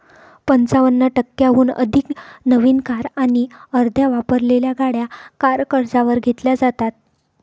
पंचावन्न टक्क्यांहून अधिक नवीन कार आणि अर्ध्या वापरलेल्या गाड्या कार कर्जावर घेतल्या जातात